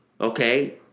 okay